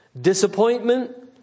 Disappointment